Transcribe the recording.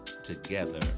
together